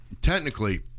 technically